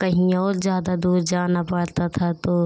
कहीं और ज़्यादा दूर जाना पड़ता था तो